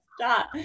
stop